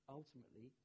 Ultimately